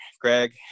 Greg